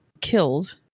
killed